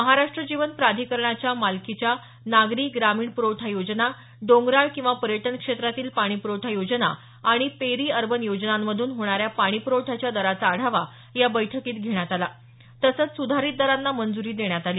महाराष्ट्र जीवन प्राधिकरणाच्या मालकीच्या नागरी ग्रामीण पाणीप्रवठा योजना डोंगराळ किंवा पर्यटन क्षेत्रातील पाणीपुरवठा योजना आणि पेरी अर्बन योजनांमधून होणाऱ्या पाणीप्रवठ्याच्या दराचा आढावा या बैठकीत घेण्यात आला तसंच सुधारित दरांना मंज्री देण्यात आली